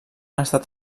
estat